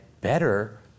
better